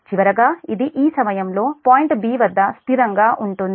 చివరగా ఇది ఈ సమయంలో పాయింట్ 'b' వద్ద స్థిరంగా ఉంటుంది